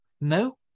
No